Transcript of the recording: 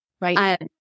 right